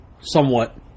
somewhat